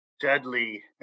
deadly